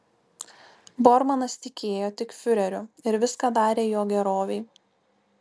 bormanas tikėjo tik fiureriu ir viską darė jo gerovei